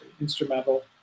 instrumental